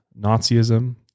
Nazism